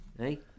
Hey